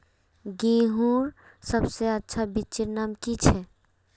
गेहूँर सबसे अच्छा बिच्चीर नाम की छे?